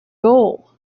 goal